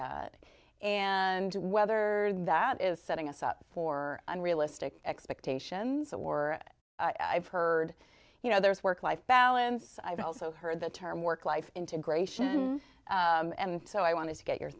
that and whether that is setting us up for unrealistic expectations or i've heard you know there is work life balance i've also heard the term work life integration so i want to get your